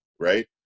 right